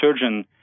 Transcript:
surgeon